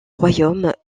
royaume